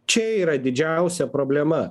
čia yra didžiausia problema